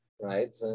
right